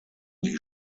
die